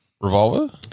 revolver